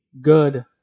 good